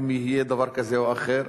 אם יהיה דבר כזה או אחר,